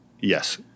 Yes